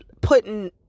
putting